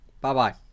Bye-bye